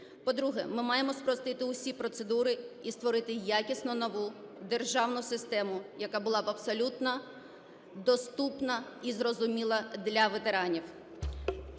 По-друге, ми маємо спростити усі процедури і створити якісно нову державну систему, яка була б абсолютно доступна і зрозуміла для ветеранів.